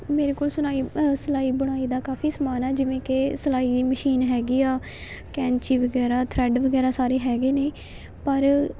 ਮੇਰੇ ਕੋਲ ਸੁਣਾਈ ਸਿਲਾਈ ਬੁਣਾਈ ਦਾ ਕਾਫੀ ਸਮਾਨ ਹੈ ਜਿਵੇਂ ਕਿ ਸਿਲਾਈ ਦੀ ਮਸ਼ੀਨ ਹੈਗੀ ਆ ਕੈਂਚੀ ਵਗੈਰਾ ਥਰੈੱਡ ਵਗੈਰਾ ਸਾਰੇ ਹੈਗੇ ਨੇ ਪਰ